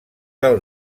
del